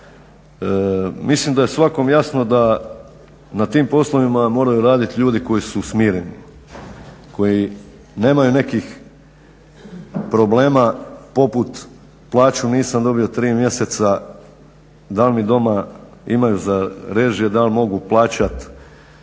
mislim da je svakom jasno da na tim poslovima moraju raditi ljudi koji su smireni, koji nemaju nekih problema poput plaću nisam dobio 3 mjeseca, da li mi doma imaju za režije, da li mogu plaćat,